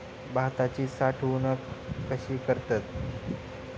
भाताची साठवूनक कशी करतत?